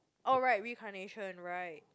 oh right reincarnation right